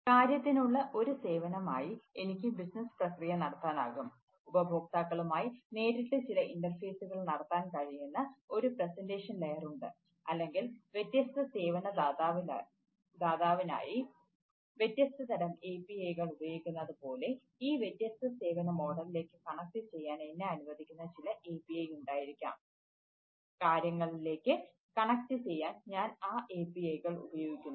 കാര്യത്തിനുള്ള ഒരു സേവനമായി എനിക്ക് ബിസിനസ്സ് ചെയ്യാനോ കഴിയും